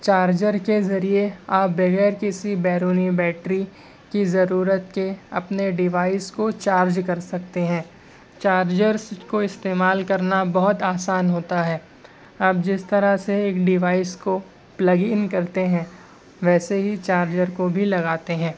charger کے ذریعے آپ بغیر کسی بیرونی بیٹری کی ضرورت کے اپنے ڈیوائیس کو چارج کر سکتے ہیں چارجرس کو استعمال کرنا بہت آسان ہوتا ہے آپ جس طرح سے ایک ڈیوائیس کو پلگ ان کرتے ہیں ویسے ہی چارجر کو بھی لگاتے ہے